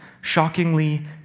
shockingly